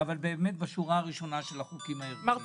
אבל זה באמת בשורה הראשונה של החוקים הערכיים.